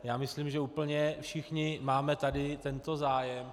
Já myslím, že úplně všichni máme tady tento zájem.